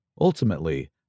Ultimately